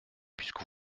puisque